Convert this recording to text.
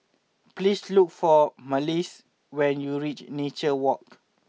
please look for Malissie when you reach Nature Walk